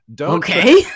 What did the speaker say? Okay